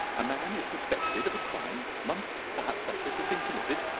a man is suspected of a crime months perhaps after it has been committed.